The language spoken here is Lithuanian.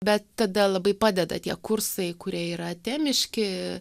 bet tada labai padeda tie kursai kurie yra temiški